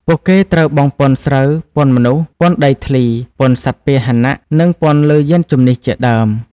ពួកគេត្រូវបង់ពន្ធស្រូវ ពន្ធមនុស្ស ពន្ធដីធ្លី ពន្ធសត្វពាហនៈ និងពន្ធលើយានជំនិះជាដើម។